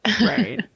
right